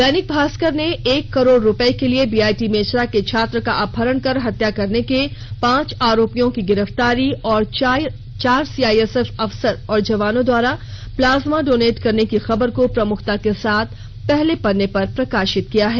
दैनिक भास्कर ने एक करोड़ रुपये के लिए बीआईटी मेसरा के छात्र का अपहरण कर हत्या करने के पांच आरोपियों की गिरफ्तारी और चार सीआईएसएफ अफसर और जवानों द्वारा प्लाजमा डोनेट करने की खबर को प्रमुखता के साथ पहले पन्ने पर प्रकाशित किया है